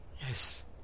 Yes